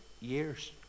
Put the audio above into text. years